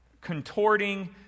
contorting